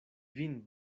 vin